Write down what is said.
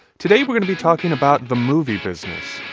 today we're going to be talking about the movie business.